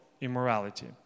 immorality